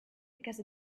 because